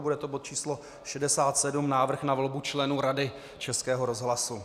Bude to bod 67 Návrh na volbu členů Rady Českého rozhlasu.